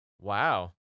Wow